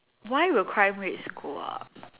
why will crime rates go up